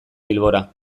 bilbora